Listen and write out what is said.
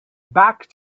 back